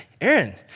Aaron